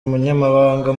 umunyamabanga